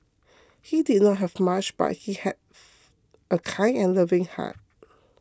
he did not have much but he have a kind and loving heart